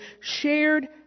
shared